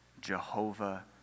Jehovah